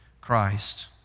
Christ